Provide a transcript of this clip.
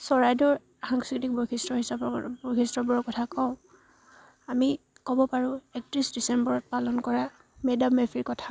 চৰাইদেউৰ সাংস্কৃতিক বৈশিষ্ট্য হিচাপৰ বৈশিষ্ট্যবোৰৰ কথা কওঁ আমি ক'ব পাৰোঁ একত্ৰিছ ডিচেম্বৰত পালন কৰা মে'দাম মে' ফিৰ কথা